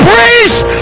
priest